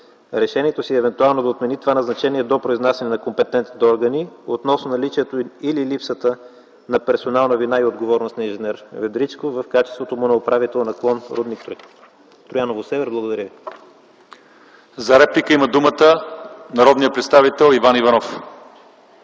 решението си евентуално да отмени това назначение до произнасяне на компетентните органи относно наличието или липсата на персонална вина и отговорност на инженер Ведричков в качеството му на управител на рудник „Трояново-север”. Благодаря. ПРЕДСЕДАТЕЛ ЛЪЧЕЗАР ИВАНОВ: За реплика има думата народният представител Иван Иванов.